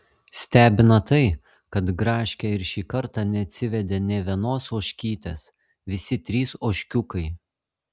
stebina tai kad gražkė ir šį kartą neatsivedė nė vienos ožkytės visi trys ožkiukai